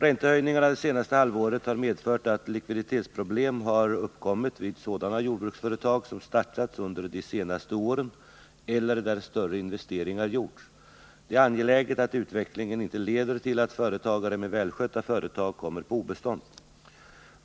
Räntehöjningarna det senaste halvåret har medfört att likviditetsproblem har uppkommit vid sådana jordbruksföretag som startats under de senaste åren eller där större investeringar gjorts. Det är angeläget att utvecklingen inte leder till att företagare med välskötta företag kommer på obestånd.